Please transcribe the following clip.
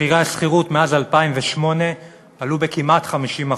מחירי השכירות מאז 2008 עלו בכמעט 50%,